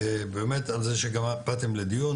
ובאמת על זה שגם באתם לדיון,